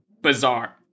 bizarre